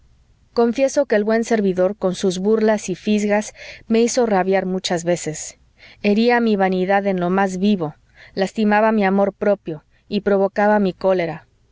confieso que el buen servidor con sus burlas y fisgas me hizo rabiar muchas veces hería mi vanidad en lo más vivo lastimaba mi amor propio y provocaba mi cólera